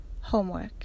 homework